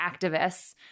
activists